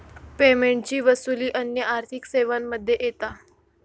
पेमेंटची वसूली अन्य आर्थिक सेवांमध्ये येता